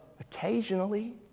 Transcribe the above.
occasionally